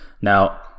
Now